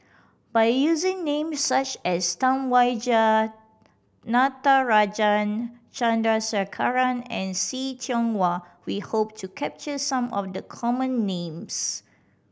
by using names such as Tam Wai Jia Natarajan Chandrasekaran and See Tiong Wah we hope to capture some of the common names